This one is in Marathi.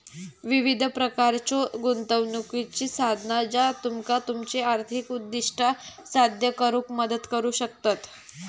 विविध प्रकारच्यो गुंतवणुकीची साधना ज्या तुमका तुमची आर्थिक उद्दिष्टा साध्य करुक मदत करू शकतत